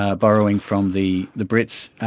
ah borrowing from the the brits,